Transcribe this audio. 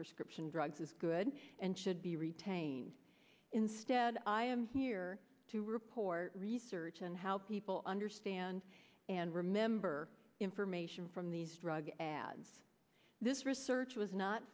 prescription drugs is good and should be retained instead i am here to report research on how people understand and remember information from these drug ads this research was not